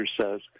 says